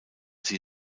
sie